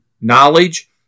knowledge